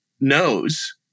knows